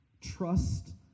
Trust